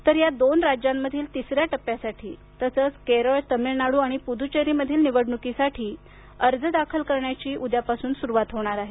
तर या दोन राज्यांमधील तिसऱ्या टप्प्यासाठी तसंच केरळ तमिलनाडू आणि पूदच्चेरी मधीलनिवडणूकीसाठी अर्ज दाखल करण्याची उद्यापासून सुरुवात होणार आहे